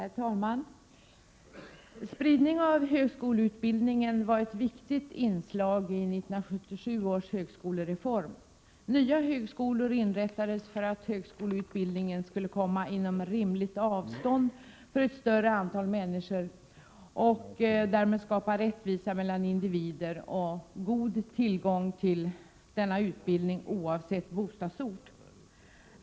Herr talman! Spridning av högskoleutbildningen var ett viktigt inslag i 1977 års högskolereform. Nya högskolor inrättades för att högskoleutbildningen skulle komma inom rimligt avstånd för ett större antal människor och därmed skapa rättvisa mellan individer och god tillgång till denna utbildning oavsett bostadsort.